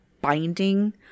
binding